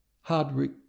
Hardwick